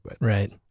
Right